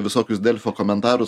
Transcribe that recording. visokius delfio komentarus